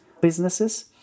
businesses